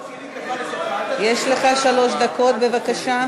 יש לך שלוש דקות, בבקשה.